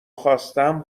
خواستم